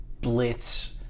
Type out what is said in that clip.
blitz